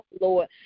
Lord